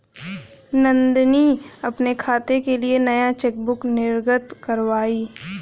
नंदनी अपने खाते के लिए नया चेकबुक निर्गत कारवाई